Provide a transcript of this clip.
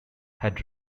had